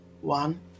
One